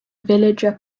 villager